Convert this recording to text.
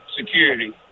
security